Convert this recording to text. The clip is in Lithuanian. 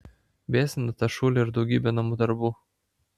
biesina ta šūlė ir daugybė namų darbų